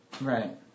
Right